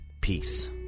Peace